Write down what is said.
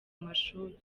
mashuri